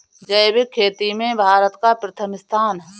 जैविक खेती में भारत का प्रथम स्थान